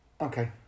Okay